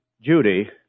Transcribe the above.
Judy